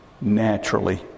naturally